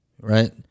right